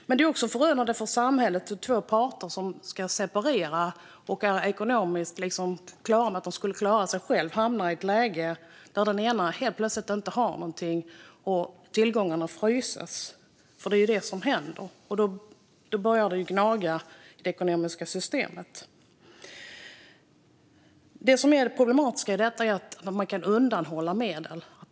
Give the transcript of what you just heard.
Men det är också förödande för samhället då två parter som ska separera och är på det klara med att de skulle klara sig själva ekonomiskt hamnar i ett läge där den ena helt plötsligt inte har någonting och tillgångarna fryses - för det är ju det som händer. Då börjar det knaka i det ekonomiska systemet. Det problematiska i detta är att man kan undanhålla medel.